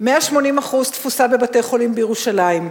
180% תפוסה בבתי-חולים בירושלים,